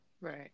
right